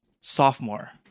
sophomore